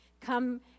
come